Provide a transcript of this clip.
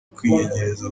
kwiyegereza